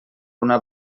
una